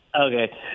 Okay